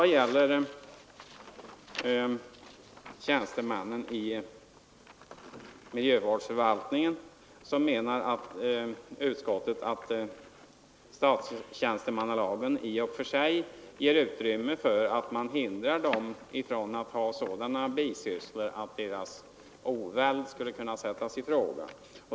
Vad gäller tjänstemännen i miljövårdsförvaltningen menar utskottet att statstjänstemannalagen ger utrymme för att hindra dem från att ha sådana bisysslor att deras oväld skulle kunna sättas i fråga.